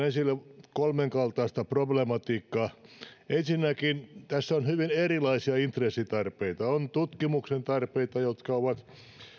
esille kolmen kaltaista problematiikkaa ensinnäkin tässä on hyvin erilaisia intressitarpeita on tutkimuksen tarpeita jotka ovat